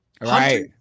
Right